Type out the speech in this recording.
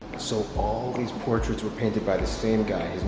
so all the portraits were painted by the same guy